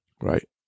right